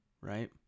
right